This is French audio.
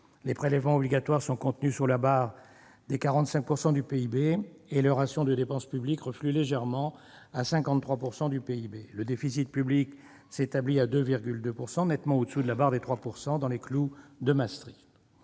les prélèvements obligatoires sont contenus sous la barre des 45 % du PIB et le ratio de la dépense publique reflue légèrement à 53 % du PIB ; le déficit public s'établit à 2,2 % du PIB, nettement au-dessous de la barre des 3 %, dans les « clous » du traité